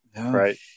Right